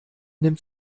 nimmt